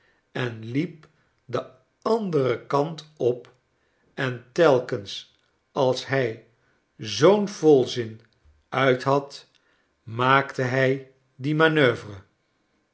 en liep den anderen kant op en telkens als hij zoo'n volzin uit had maakte hij die manoeuvre